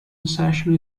insertion